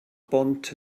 bont